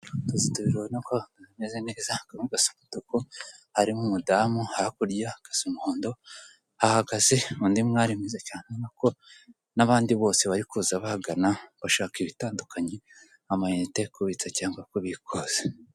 Inyandiko ibaza umusoro ku nyungu z'ubukode ni iki? umusoro ku nyungu z'ubukode ni umusoro ucibwa ku nyungu umuntu ku giti cye cyangwa undi muntu wese utishyura umusoro ku nyungu z'amasosiyete abona ziturutse ku bukode bw'umutungo utimukanwa uri mu Rwanda hakaba hasi hariho imyirondoro wabonaho abashinzwe imisoro namahoro mu Rwanda.